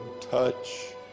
touch